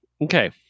Okay